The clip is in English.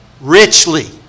Richly